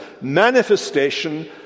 manifestation